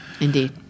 Indeed